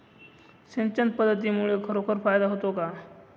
सिंचन पद्धतीमुळे खरोखर फायदा होतो का?